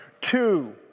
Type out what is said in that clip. Two